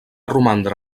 romandre